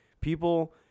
people